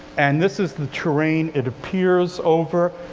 and this is the terrain it appears over,